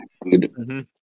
Good